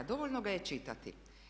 Dovoljno ga je čitati.